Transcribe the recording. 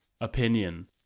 opinion